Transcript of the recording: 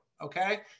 okay